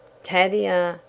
tavia!